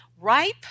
ripe